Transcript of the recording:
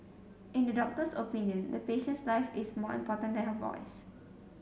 in the doctor's opinion the patient's life is more important than her voice